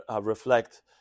reflect